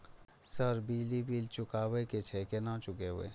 Sir बिजली bill चुकाबे की छे केना चुकेबे?